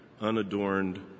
unadorned